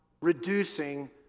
reducing